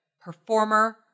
performer